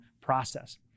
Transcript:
process